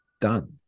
Done